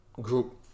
group